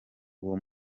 uwo